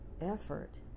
effort